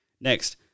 Next